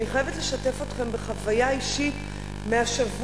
אני חייבת לשתף אתכם בחוויה אישית מהשבוע,